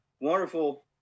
wonderful